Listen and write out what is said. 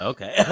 Okay